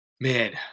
Man